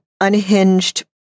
unhinged